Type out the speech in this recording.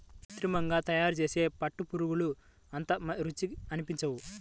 కృత్రిమంగా తయారుచేసే పుట్టగొడుగులు అంత రుచిగా అనిపించవు